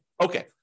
Okay